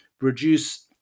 reduce